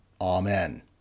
Amen